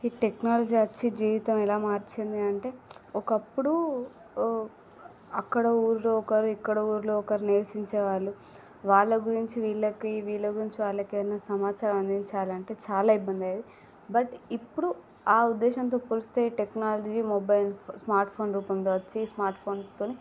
ఈ టెక్నాలజీ వచ్చి జీవితం ఎలా మార్చింది అంటే ఒకప్పుడు ఆ అక్కడ ఊళ్ళో ఒకరు ఇక్కడ ఊళ్ళో ఒకరు నివసించే వాళ్ళు వాళ్ళ గురించి వీళ్ళకి వీళ్ళ గురించి వాళ్ళకి ఏదైనా సమాచారం అందించాలి అంటే చాలా ఇబ్బంది అయ్యేది బట్ ఇప్పుడు ఆ ఉద్దేశ్యంతో పోలిస్తే టెక్నాలజీ మొబైల్ స్మార్ట్ ఫోన్ రూపంలో వచ్చి స్మార్ట్ ఫోన్ తో